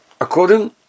according